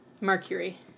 Mercury